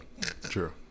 true